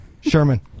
Sherman